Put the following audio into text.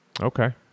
okay